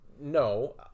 no